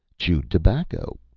chewed tobacco,